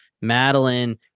Madeline